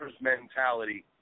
Mentality